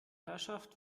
herrschaft